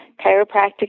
chiropractic